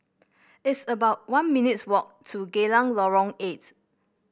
it's about one minutes' walk to Geylang Lorong Eight